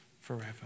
forever